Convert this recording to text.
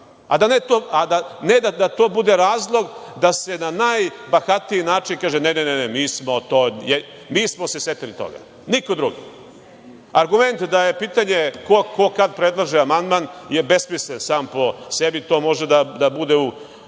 a ne da to bude razlog da se na najbahatiji način kaže – ne, ne, mi smo se setili toga, niko drugi. Argument da je pitanje ko kada predlaže amandman je besmislen sam po sebi. To može da bude u